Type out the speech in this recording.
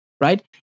right